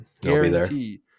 guarantee